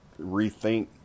rethink